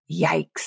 Yikes